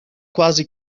quasi